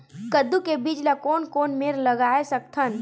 कददू के बीज ला कोन कोन मेर लगय सकथन?